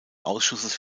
ausschusses